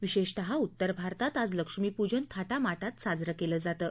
विशेषतः उत्तर भारतात आज लक्ष्मीप्जन थाटामाटात साजरं केलं जातं